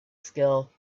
skill